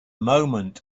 moment